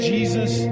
Jesus